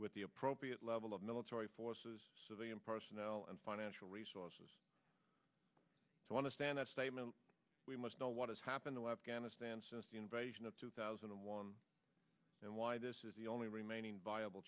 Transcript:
with the appropriate level of military force civilian personnel and financial resources to want to stand that statement we must know what has happened in afghanistan since the invasion of two thousand and one and why this is the only remaining viable